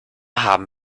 haben